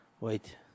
wait